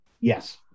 Yes